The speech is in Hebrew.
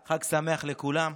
חג שמח לכולם.